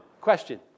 question